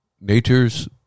nature's